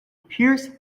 pierce